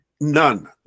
None